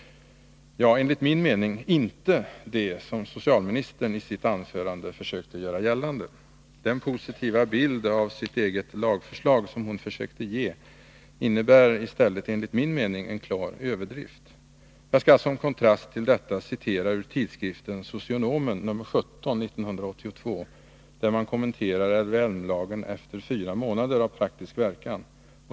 Ja, enligt min mening inte det som socialministern i sitt anförande försökte göra gällande. Den positiva bild av sitt eget lagförslag som hon försökte ge, innebär i stället enligt min mening en klar överdrift. Jag skall som kontrast till detta citera ur tidskriften Socionomen nr 17 för år 1982, där man kommenterar LVM-lagen efter fyra månader av praktisk verkan.